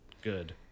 Good